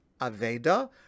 aveda